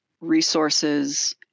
resources